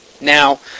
Now